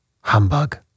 Humbug